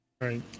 right